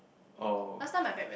oh